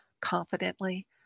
confidently